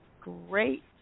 Great